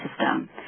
system